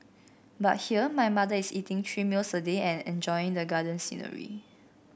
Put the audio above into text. but here my mother is eating three meals a day and enjoying the garden scenery